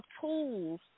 tools